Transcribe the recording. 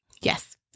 Yes